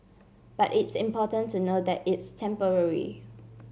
but it's important to know that it's temporary